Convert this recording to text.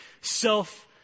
self-